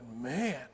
man